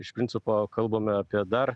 iš principo kalbame apie dar